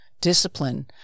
discipline